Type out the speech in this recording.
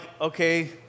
okay